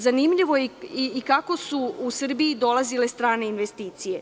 Zanimljivo je i kako su u Srbiji dolazile strane investicije.